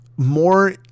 more